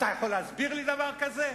אתה יכול להסביר לי דבר כזה?